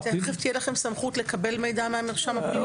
תיכף תהיה לכם סמכות לקבל מידע מהמרשם הפלילי.